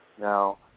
Now